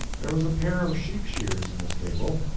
there was a pair of sheep-shears in the stable,